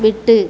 விட்டு